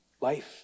life